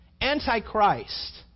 anti-Christ